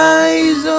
eyes